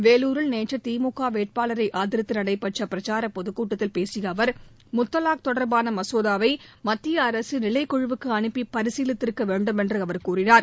வேலூரில் நேற்று திமுக வேட்பாளரை ஆதரித்து நடைபெற்ற பிரச்சார பொதுக் கூட்டத்தில் பேசிய அவர் முத்தலாக் தொடர்பான மசோதாவை மத்திய அரசு நிலைக் குழுவுக்கு அனுப்பி பரிசீலித்திருக்க வேண்டும் என்று கூறினார்